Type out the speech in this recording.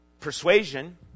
persuasion